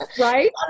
Right